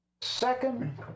second